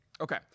Okay